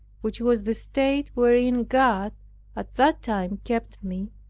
which was the state wherein god at that time kept me,